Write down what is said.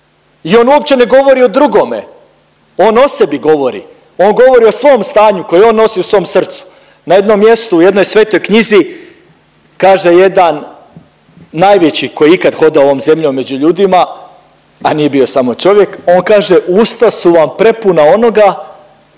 i on uopće ne govori o drugome, on o sebi govori, on govori o svom stanju koje on nosi u svom srcu na jednom mjestu u jednoj svetoj knjizi kaže jedan najveći koji je ikad hodao ovom zemlji među ljudima, a nije bio samo čovjek on kaže usta su vam prepuna onoga